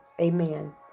amen